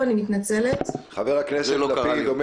חבר הכנסת לפיד אומר